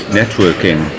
networking